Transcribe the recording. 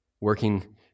working